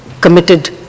committed